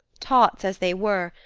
tots as they were,